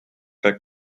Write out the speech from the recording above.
kaj